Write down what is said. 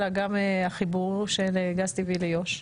אלא גם החיבור של גז טבעי ליו"ש.